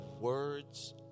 words